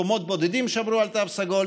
מקומות בודדים שמרו על תו סגול,